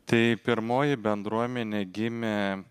tai pirmoji bendruomenė gimė